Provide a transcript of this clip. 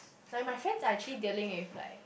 like my friends are actually dealing with like